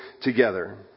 together